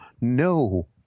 no